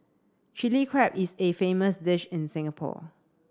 Chilli Crab is a famous dish in Singapore